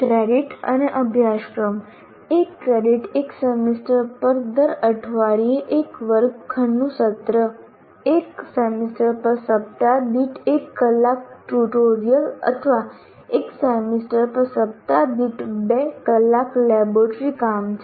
credit અને અભ્યાસક્રમ એક ક્રેડિટ એક સેમેસ્ટર પર દર અઠવાડિયે એક વર્ગખંડનું સત્ર એક સેમેસ્ટર પર સપ્તાહ દીઠ એક કલાક ટ્યુટોરીયલ અથવા એક સેમેસ્ટર પર સપ્તાહ દીઠ બે કલાક લેબોરેટરી કામ છે